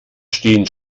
stehen